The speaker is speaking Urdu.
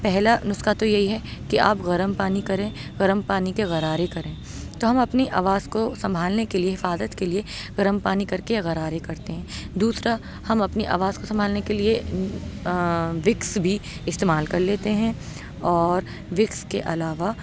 پہلا نسخہ تو یہی ہے کہ آپ گرم پانی کریں گرم پانی کے غرارے کریں تو ہم اپنی آواز کو سنبھالنے کے لیے حفاظت کے لیے گرم پانی کر کے غرارے کرتے ہیں دوسرا ہم اپنی آواز کو سنبھالنے کے لیے وکس بھی استعمال کر لیتے ہیں اور وکس کے علاوہ